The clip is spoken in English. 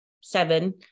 seven